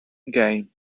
game